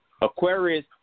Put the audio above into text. Aquarius